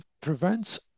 prevents